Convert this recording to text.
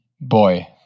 Boy